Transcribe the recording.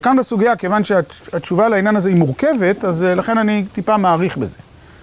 כאן בסוגיה, כיוון שהתשובה לעניין הזה היא מורכבת, אז לכן אני טיפה מאריך בזה.